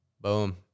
Boom